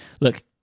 look